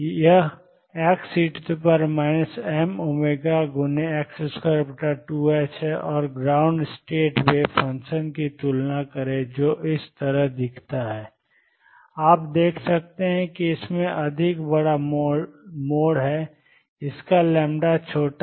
यह xe mω2ℏx2 है और ग्राउंड स्टेट वेव फंक्शन की तुलना करें जो इस तरह दिख रहा था आप देख सकते हैं कि इसमें अधिक बड़ा मोड़ है इसका λ छोटा है